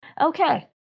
Okay